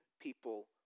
people